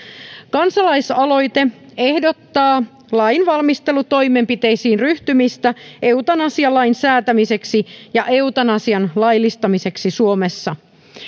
kansalaisaloite ehdottaa lainvalmistelutoimenpiteisiin ryhtymistä eutanasialain säätämiseksi ja eutanasian laillistamiseksi suomessa